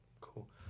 Cool